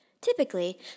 Typically